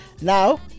Now